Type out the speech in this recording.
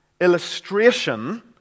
illustration